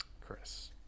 Chris